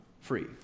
free